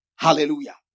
Hallelujah